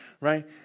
Right